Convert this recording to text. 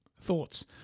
Thoughts